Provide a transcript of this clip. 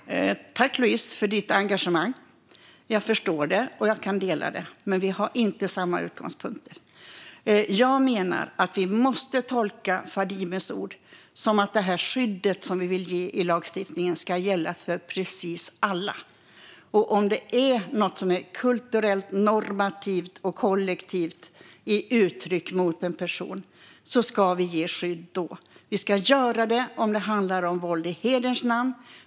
Herr talman! Jag tackar Louise Meijer för hennes engagemang. Jag förstår det och kan dela det. Men vi har inte samma utgångspunkter. Jag menar att vi måste tolka Fadimes ord så att det skydd som vi vill ge i lagstiftningen ska gälla för precis alla. Om det är något kulturellt normativt och kollektivt som kommer till uttryck mot en person ska vi ge skydd. Vi ska göra det om det handlar om våld i hederns namn.